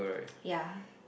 ya